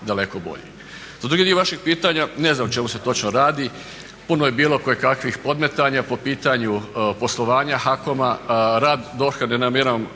daleko bolje. Za drugi dio vašeg pitanja ne znam o čemu se točno radi, puno je bilo kojekakvih podmetanja po pitanju poslovanja HAKOM-a. Rad DORH-a ne namjeravam